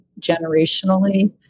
generationally